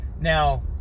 Now